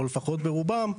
או לפחות ברובם,